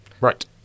Right